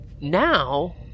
Now